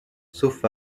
sauf